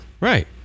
Right